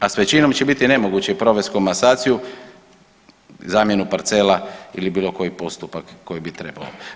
A s većinom će biti nemoguće provesti komasaciju, zamjenu parcela ili bilo koji postupak koji bi trebao.